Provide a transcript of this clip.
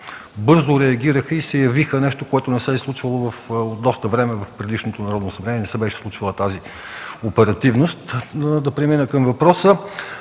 бързо реагираха и се явиха – нещо, което не се е случвало от доста време. В предишното Народно събрание не се беше случвала тази оперативност. Да премина към въпроса.